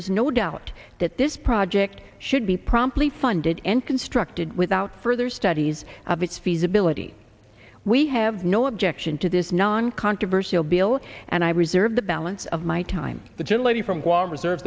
is no doubt that this project should be promptly funded and constructed without further studies of its feasibility we have no objection to this non controversial bill and i reserve the balance of my time the gentleman from guam reserve